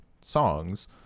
songs